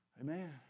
Amen